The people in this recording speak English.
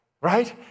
Right